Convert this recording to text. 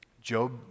Job